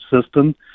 system